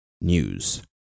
news